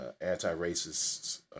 anti-racists